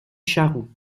charroux